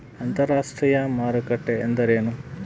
ಅಂತರಾಷ್ಟ್ರೇಯ ಮಾರುಕಟ್ಟೆ ಎಂದರೇನು?